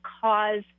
cause